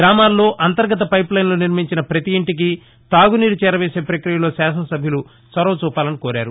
గ్రామాల్లో అంతర్గత పైప్ లైన్ల నిర్మించిన ప్రపతి ఇంటికీ తాగునీరు చేరవేసే ప్రక్రియలో శాసన సభ్యులు చొరవ చూపాలని ఆయన కోరారు